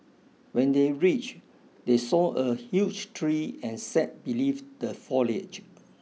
when they reached they saw a huge tree and sat beneath the foliage